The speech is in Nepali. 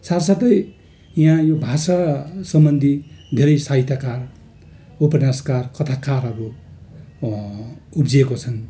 साथ साथै यहाँ यो भाषा सम्बन्धी धेरै साहित्यकार उपन्यासकार कथाकारहरू उब्जिएको छन्